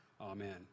Amen